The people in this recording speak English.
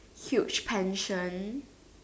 huge pension